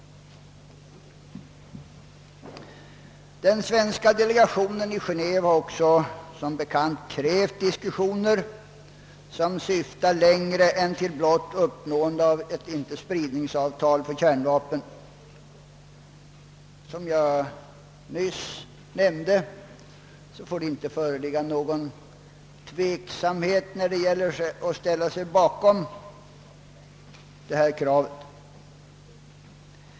Den svenska delegationen i Genéve har som bekant krävt diskussioner vilka syftar längre än till blott uppnående av ett icke-spridningsavtal för kärnvapen. Som jag nyss nämnde får det inte föreligga någon tveksamhet på denna punkt, utan vi måste alla ställa oss bakom förslaget.